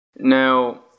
Now